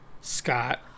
scott